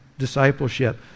discipleship